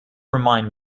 remind